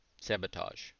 sabotage